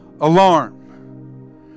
alarm